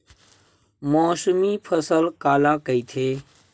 मौसमी फसल काला कइथे?